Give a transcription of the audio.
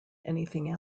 anything